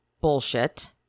bullshit